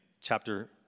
Chapter